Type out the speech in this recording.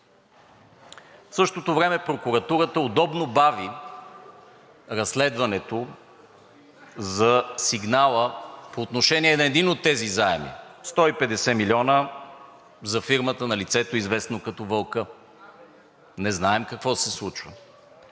В същото време прокуратурата удобно бави разследването за сигнала по отношение на един от тези заеми – 150 милиона за фирмата на лицето, известно като Вълка. Не знаем какво се случва.